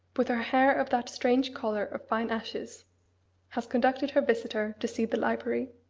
with her hair of that strange colour of fine ashes has conducted her visitor to see the library